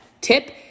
tip